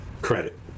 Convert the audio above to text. credit